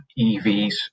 EVs